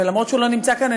ואפילו שהוא לא נמצא כאן,